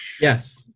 Yes